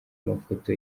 mafoto